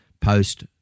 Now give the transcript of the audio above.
post